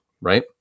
right